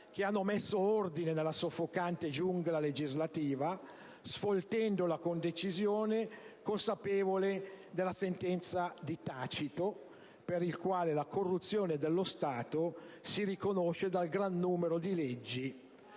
che hanno messo ordine nella soffocante giungla legislativa, sfoltendola con decisione, consapevole della sentenza di Tacito, per il quale la corruzione dello Stato si riconosce dal gran numero di leggi.